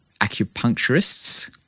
acupuncturists